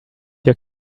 your